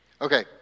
Okay